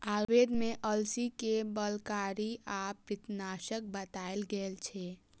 आयुर्वेद मे अलसी कें बलकारी आ पित्तनाशक बताएल गेल छै